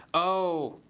oh!